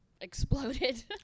exploded